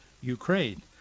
Ukraine